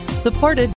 Supported